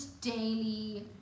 daily